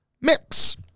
Mix